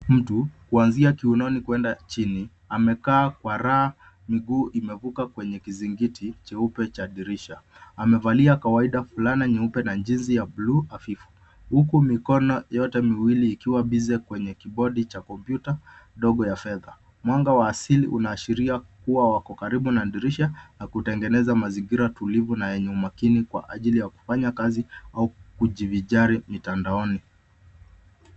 Mtu, kuanzia kiunoni kwenda chini, amekaa kwa raha miguu imevuka kwenye kizingiti cheupe cha dirisha. Amevalia kawaida, fulana nyeupe na jeans ya blue hafifu, huku mikono yote miwili ikiwa busy kwenye kibodi cha kompyuta ndogo ya fedha. Mwanga wa asili unaashiria kua wako karibu na dirisha, na kutengeneza mazingira tulivu na yenye umakini, kwa ajili ya kufanya kazi au kujivinjari mitandaoni.